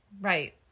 Right